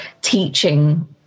teaching